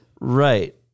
Right